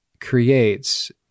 creates